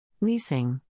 Leasing